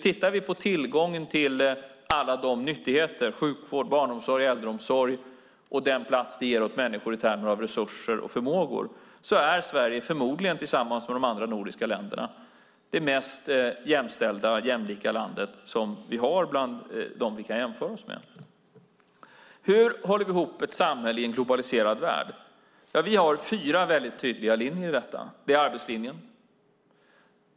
Tittar vi på tillgången till alla nyttigheter - sjukvård, barnomsorg och äldreomsorg - och vad det ger människor i termer av resurser och förmågor är Sverige förmodligen, tillsammans med de andra nordiska länderna, det mest jämställda och jämlika landet bland dem som vi kan jämföra oss med. Hur håller vi ihop ett samhälle i en globaliserad värld? Ja, vi har några väldigt tydliga linjer i detta. En är arbetslinjen.